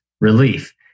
relief